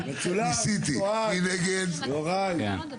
הצבעה בעד, 0 נגד, 10 נמנעים,